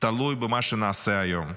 תלוי במה שנעשה היום,